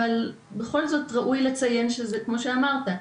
אבל בכל זאת ראוי לציין כמו שאמרת,